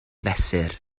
fesur